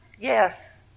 Yes